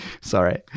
Sorry